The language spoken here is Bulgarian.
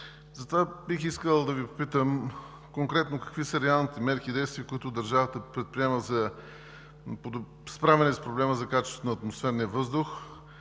Затова бих искал да Ви попитам конкретно какви са реалните мерки и действия, които държавата предприема за справяне с проблема за качеството на атмосферния въздух?